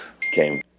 came